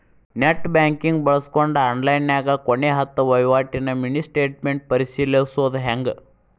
net banking ಬಳ್ಸ್ಕೊಂಡ್ ಆನ್ಲೈನ್ಯಾಗ ಕೊನೆ ಹತ್ತ ವಹಿವಾಟಿನ ಮಿನಿ ಸ್ಟೇಟ್ಮೆಂಟ್ ಪರಿಶೇಲಿಸೊದ್ ಹೆಂಗ